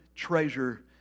Treasure